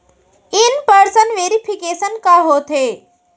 In person verification का होथे?